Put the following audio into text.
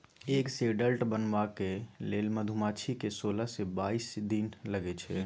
egg सँ adult बनबाक लेल मधुमाछी केँ सोलह सँ बाइस दिन लगै छै